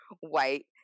white